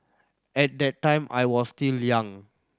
at that time I was still young